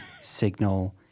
signal